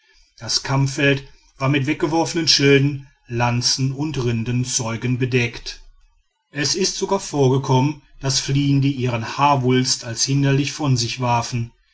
das kampffeld war mit weggeworfenen schilden lanzen und rindenzeugen bedeckt es ist sogar vorgekommen daß fliehende ihren haarwulst als hinderlich von sich warfen